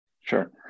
Sure